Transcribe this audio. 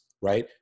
right